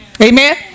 Amen